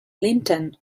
linton